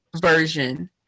version